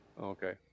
okay